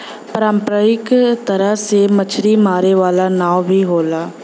पारंपरिक तरह से मछरी मारे वाला नाव भी होला